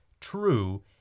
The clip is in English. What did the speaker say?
true